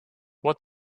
what